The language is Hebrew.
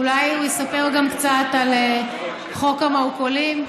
אולי הוא יספר גם קצת על חוק המרכולים,